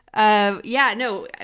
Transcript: ah yeah. no. yeah